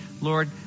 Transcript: Lord